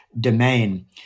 domain